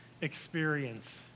experience